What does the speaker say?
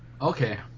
Okay